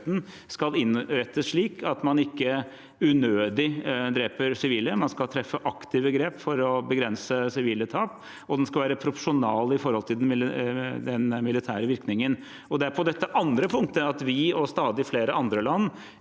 skal innrettes slik at man ikke unødig dreper sivile, man skal treffe aktive grep for å begrense sivile tap, og den skal være proporsjonal i forhold til den militære virkningen. Det er på dette andre punktet at vi og stadig flere andre land,